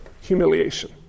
humiliation